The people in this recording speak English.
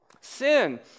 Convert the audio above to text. Sin